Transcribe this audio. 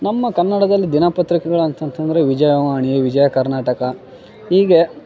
ನಮ್ಮ ಕನ್ನಡದಲ್ಲಿ ದಿನ ಪತ್ರಿಕೆಗಳು ಅಂತಂತಂದರೆ ವಿಜಯವಾಣಿ ವಿಜಯಕರ್ನಾಟಕ ಹೀಗೆ